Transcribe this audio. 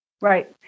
right